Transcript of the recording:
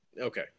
Okay